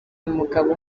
umugabo